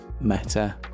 meta